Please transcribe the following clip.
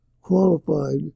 qualified